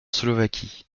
slovaquie